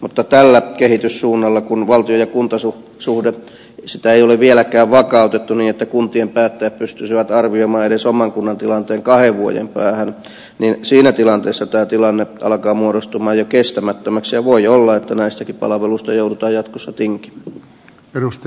mutta kun tällä kehityssuunnalla valtio ja kuntasuhdetta ei ole vieläkään vakautettu niin että kuntien päättäjät pystyisivät arvioimaan edes oman kunnan tilanteen kahden vuoden päähän niin siinä tilanteessa tämä tilanne alkaa muodostua jo kestämättömäksi ja voi olla että näistäkin palveluista joudutaan jatkossa tinkimään